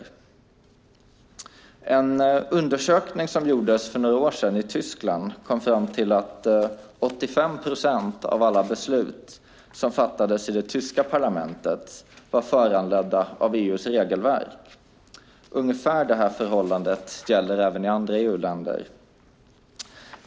I en undersökning som gjordes för några år sedan i Tyskland kom man fram till att 85 procent av alla beslut som fattades i det tyska parlamentet var föranledda av EU:s regelverk. Ungefär det förhållandet gäller även i andra EU-länder.